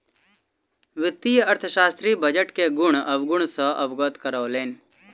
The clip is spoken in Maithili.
वित्तीय अर्थशास्त्री बजट के गुण अवगुण सॅ अवगत करौलैन